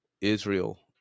Israel